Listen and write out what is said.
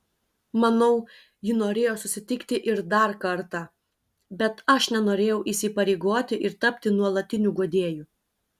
manau ji norėjo susitikti ir dar kartą bet aš nenorėjau įsipareigoti ir tapti nuolatiniu guodėju